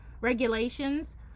regulations